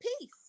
peace